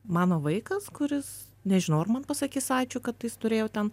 mano vaikas kuris nežinau ar man pasakys ačiū kad jis turėjo ten